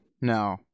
no